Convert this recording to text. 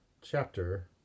Chapter